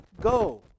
go